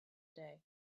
day